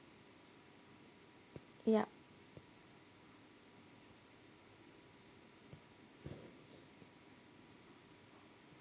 yup